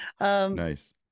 Nice